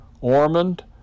Ormond